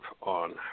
on